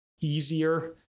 easier